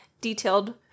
detailed